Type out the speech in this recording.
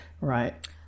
right